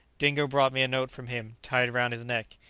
dingo brought me a note from him, tied round his neck.